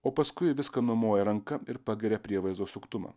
o paskui viską numoja ranka ir pagiria prievaizdo suktumą